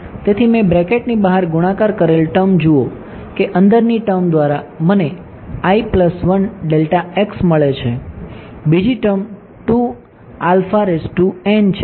તેથી મેં બ્રેકેટની બહાર ગુણાકાર કરેલ ટર્મ જુઓ કે અંદરની ટર્મ દ્વારા મને મળે છે બીજી ટર્મ છે